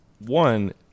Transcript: One